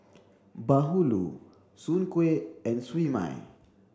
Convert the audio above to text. Bahulu Soon Kueh and Siew Mai